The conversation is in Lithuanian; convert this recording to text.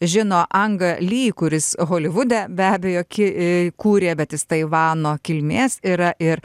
žino anga lee kuris holivude be abejo ki kūrė bet jis taivano kilmės yra ir